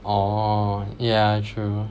orh yeah true